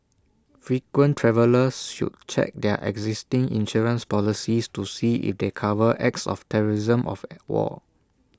frequent travellers should check their existing insurance policies to see if they cover acts of terrorism of at war